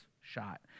shot